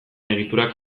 egiturak